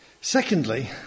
Secondly